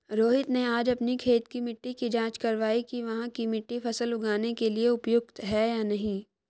रोहित ने आज अपनी खेत की मिट्टी की जाँच कारवाई कि वहाँ की मिट्टी फसल उगाने के लिए उपयुक्त है या नहीं